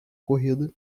corrida